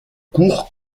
cours